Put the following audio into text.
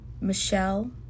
Michelle